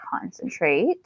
concentrate